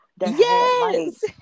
Yes